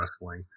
wrestling